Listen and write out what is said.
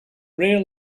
real